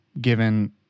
given